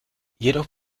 jedoch